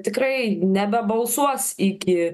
tikrai nebebalsuos iki